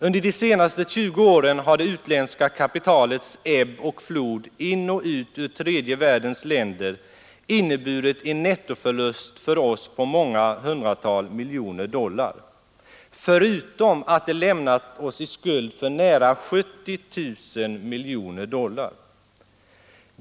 Under de senaste tjugo åren har det utländska kapitalets ebb och flod in och ut ur tredje världens länder inneburit en nettoförlust för oss på många hundratal miljoner dollar, förutom att det lämnat oss i skuld för nära 70 000 miljoner dollar.